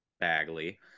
Bagley